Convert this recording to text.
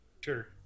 Sure